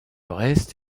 reste